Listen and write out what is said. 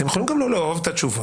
אתם יכולים גם לא לאהוב את התשובות,